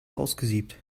ausgesiebt